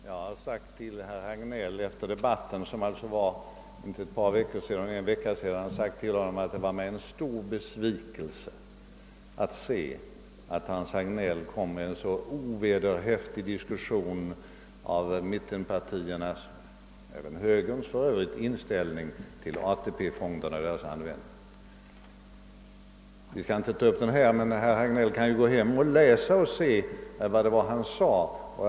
Herr talman! Jag har sagt till herr Hagnell efter debatten — som alltså inte ägde rum för ett par veckor sedan utan i förra veckan — att det var mig en stor besvikelse att bevittna hur herr Hagnell förde en så ovederhäftig diskussion om mittenpartiernas — och för övrigt även högerns — inställning till ATP-fonderna och deras användning. Vi skall inte ta upp det här, men herr Hagnell kan gå hem och läsa vad han sade.